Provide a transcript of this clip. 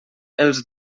els